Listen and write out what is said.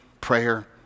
prayer